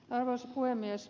arvoisa puhemies